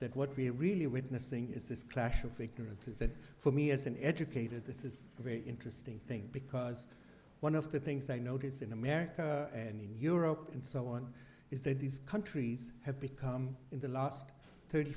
that what we're really witnessing is this clash of ignorance is that for me as an educator this is a very interesting thing because one of the things i notice in america and in europe and so on is that these countries have become in the last thirty